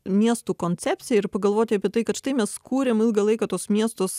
miestų koncepciją ir pagalvoti apie tai kad štai mes kūrėm ilgą laiką tuos miestus